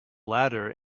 latter